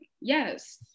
yes